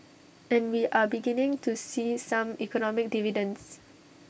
and we are beginning to see some economic dividends